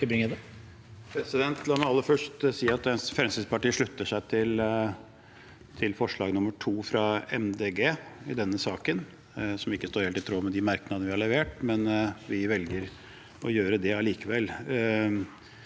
La meg aller først si at Fremskrittspartiet slutter seg til forslag nr. 2, fra Miljøpartiet De Grønne i denne saken, som ikke er helt i tråd med de merknadene vi har levert, men vi velger å gjøre det likevel.